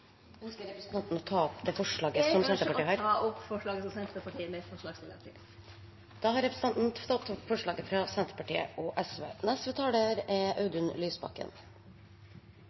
Ønsker representanten å ta opp forslaget? Eg ønskjer å ta opp forslaget som Senterpartiet er med på. Da har representanten Liv Signe Navarsete tatt opp det forslaget